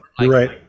right